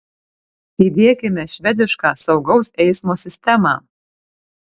įdiekime švedišką saugaus eismo sistemą